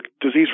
disease